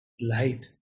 light